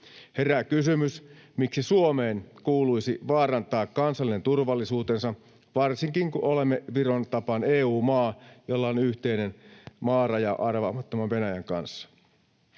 Herää kysymys, miksi Suomen kuuluisi vaarantaa kansallinen turvallisuutensa, varsinkin kun olemme Viron tapaan EU-maa, jolla on yhteinen maaraja arvaamattoman Venäjän kanssa.